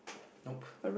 nope